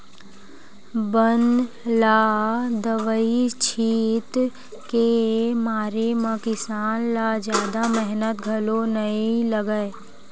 बन ल दवई छित के मारे म किसान ल जादा मेहनत घलो नइ लागय